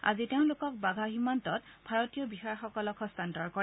আজি তেওঁলোকক বাঘা সীমান্তত ভাৰতীয় বিষয়াসকলক হস্তান্তৰ কৰে